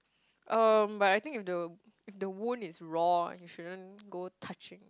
um but I think if the if the wound is raw you shouldn't go touch it